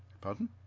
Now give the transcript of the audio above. Pardon